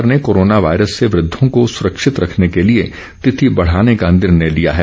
सरकार ने corona virus से वृद्धों को सुरक्षित रखने के लिए तिथि बढ़ाने का निर्णय लिया है